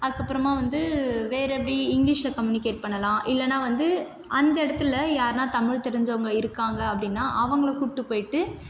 அதுக்கு அப்புரோமா வந்து வேறு எப்படி இங்கிலீஷில் கம்யூனிகேட் பண்ணலாம் இல்லைனா வந்து அந்த இடத்துல யார்னா தமிழ் தெரிஞ்சவங்க இருக்காங்க அப்படினா அவங்களை கூப்பிட்டு போயிவிட்டு